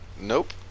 Nope